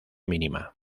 mínima